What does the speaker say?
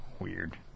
Weird